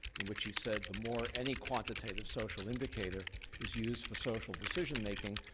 in which he said the more any quantitative social indicator is used for social decision making,